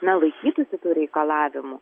na laikytųsi tų reikalavimų